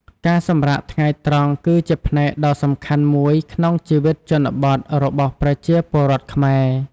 ការសម្រាកថ្ងៃត្រង់គឺជាផ្នែកដ៏សំខាន់មួយក្នុងជីវិតជនបទរបស់ប្រជាពលរដ្ឋខ្មែរ។